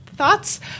thoughts